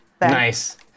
Nice